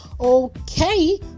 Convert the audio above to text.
okay